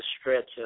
stretch